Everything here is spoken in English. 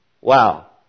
Wow